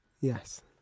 Yes